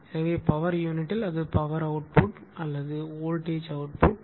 எனவே பவர் யூனிட்டில் அது பவர் அவுட்புட் அல்லது வோல்டேஜ் அவுட்புட்